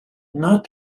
not